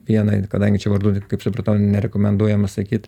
viena jin kadangi čia vardų kaip supratau nerekomenduojama sakyt